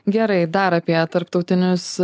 gerai dar apie tarptautinius